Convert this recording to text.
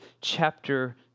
chapter